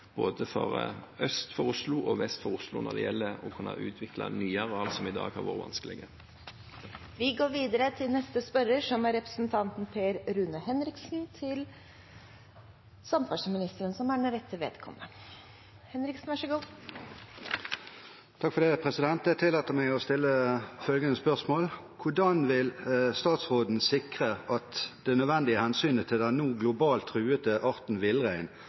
både øst og vest for Oslo når det gjelder å kunne utvikle nye areal, som i dag har vært vanskelig. Dette spørsmålet, fra representanten Per Rune Henriksen til klima- og miljøministeren, vil bli besvart av samferdselsministeren som rette vedkommende. Jeg tillater meg å stille følgende spørsmål: «Hvordan vil statsråden sikre at det nødvendige hensynet til den nå globalt truede arten villrein,